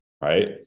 right